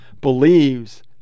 believes